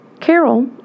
Carol